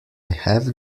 have